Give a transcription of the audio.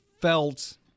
felt